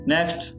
Next